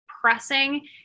pressing